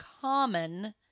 common